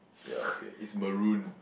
ya okay it's maroon